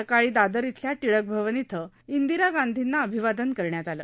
सकाळी दादर इथल्या टिळक भवन इथं इंदिरा गांधीना अभिवादन करण्यात आलं